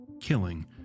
killing